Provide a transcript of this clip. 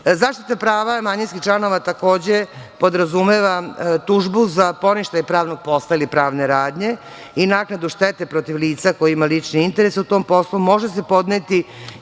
prava manjinskih članova takođe podrazumeva tužbu za poništaj pravnog posla ili pravne radnje i naknadu štete protiv lica koje ima lični interes u tom poslu može se podneti